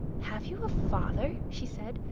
have you a father? she said,